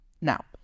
Now